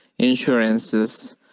Insurances